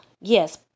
yes